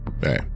hey